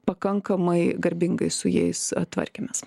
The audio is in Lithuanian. pakankamai garbingai su jais tvarkėmės